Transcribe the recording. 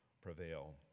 prevail